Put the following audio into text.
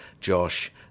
Josh